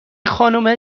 خانومه